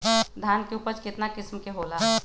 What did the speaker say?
धान के उपज केतना किस्म के होला?